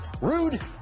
Rude